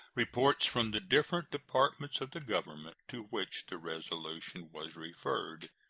reports from the different departments of the government, to which the resolution was referred.